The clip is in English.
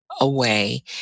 away